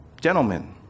gentlemen